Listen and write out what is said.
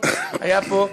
היה פה,